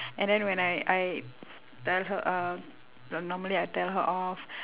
and then when I I tell her uh the normally I'll tell her off